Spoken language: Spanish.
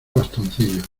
bastoncillos